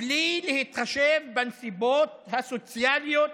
בלי להתחשב בנסיבות הסוציאליות